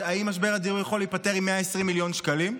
האם משבר הדיור יכול להיפתר עם 120 מיליון שקלים?